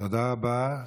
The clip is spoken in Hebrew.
תודה רבה.